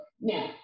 Now